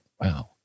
Wow